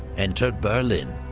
entered berlin.